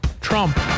trump